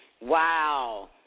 Wow